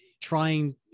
trying